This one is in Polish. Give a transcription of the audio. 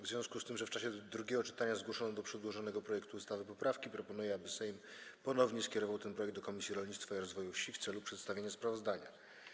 W związku z tym, że w czasie drugiego czytania zgłoszono do przedłożonego projektu ustawy poprawki, proponuję, aby Sejm ponownie skierował ten projekt do Komisji Rolnictwa i Rozwoju Wsi w celu przedstawienia sprawozdania.